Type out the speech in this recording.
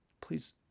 Please